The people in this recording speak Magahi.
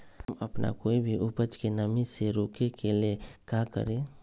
हम अपना कोई भी उपज के नमी से रोके के ले का करी?